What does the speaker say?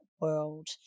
world